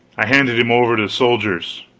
i handed him over to the soldiers,